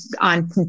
on